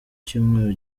cyumweru